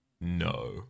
No